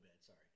Sorry